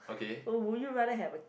so would you rather have a